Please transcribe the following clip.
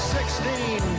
Sixteen